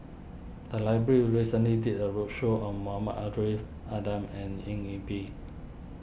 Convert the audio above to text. the library recently did a roadshow on Muhammad Ariff Ahmad and Eng Yee Peng